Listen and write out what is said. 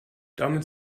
damit